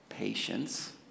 Patience